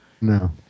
No